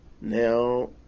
Now